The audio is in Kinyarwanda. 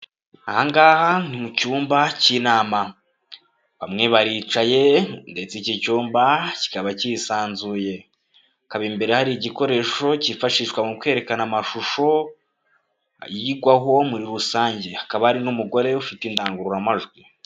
Ahangaha ni mu cyumba cy'inama bamwe baricaye ndetse iki cyumba kikaba kisanzuye, hakaba imbere hari igikoresho kifashishwa mu kwerekana amashusho yigwaho muri rusange, akaba hari n'umugore ufite indangururamajwi.